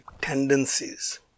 tendencies